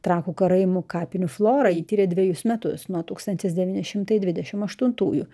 trakų karaimų kapinių florą ji tyrė dvejus metus nuo tūkstantis devyni šimtai dvidešimt aštuntųjų